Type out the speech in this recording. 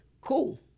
cool